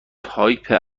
تایپه